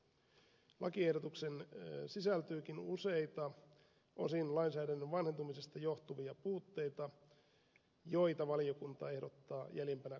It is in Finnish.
lakiehdo tukseen sisältyykin useita osin lainsäädännön vanhentumisesta johtuvia puutteita joita valiokunta ehdottaa jäljempänä korjattavaksi